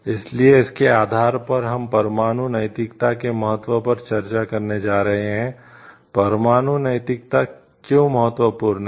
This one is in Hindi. इसलिए इसके आधार पर हम परमाणु नैतिकता के महत्व पर चर्चा करने जा रहे हैं परमाणु नैतिकता क्यों महत्वपूर्ण है